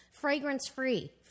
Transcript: Fragrance-free